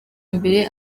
mbere